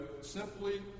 simply